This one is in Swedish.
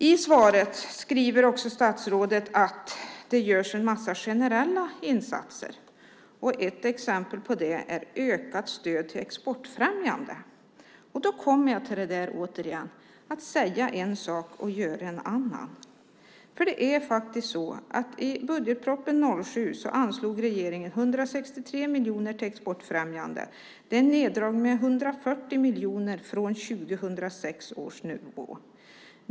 I svaret skriver också statsrådet att det görs en massa generella insatser, och ett exempel på det är ökat stöd till exportfrämjande. Då kommer jag återigen till det där att säga en sak och göra en annan. Det är faktiskt så att i budgetpropositionen 2007 anslog regeringen 163 miljoner till exportfrämjande. Det är en neddragning med 140 miljoner från 2006 års nivå.